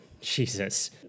Jesus